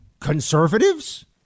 conservatives